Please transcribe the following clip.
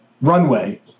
runway